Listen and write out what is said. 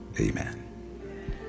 Amen